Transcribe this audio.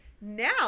Now